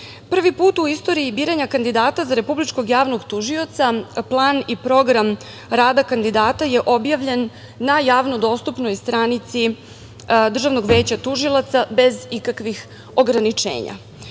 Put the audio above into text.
put u javnosti biranja kandidata za Republičkog javnog tužioca plan i program rada kandidata je objavljen na javno dostupnoj stranici Državnog veća tužioca bez ikakvih ograničenja. Državno